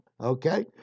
Okay